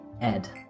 Ed